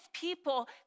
people